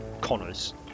Connors